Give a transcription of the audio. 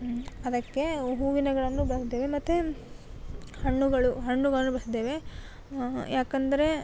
ಅದಕ್ಕೆ ಹೂವಿನ ಗಿಡವನ್ನು ಬೆಳೆಸುತ್ತೇವೆ ಮತ್ತು ಹಣ್ಣುಗಳು ಹಣ್ಣುಗಳು ಬೆಳೆಸುತ್ತೇವೆ ಯಾಕೆಂದರೆ